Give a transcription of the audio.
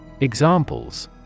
Examples